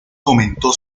comentó